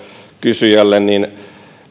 kysyjälle